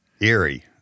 Eerie